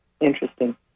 Interesting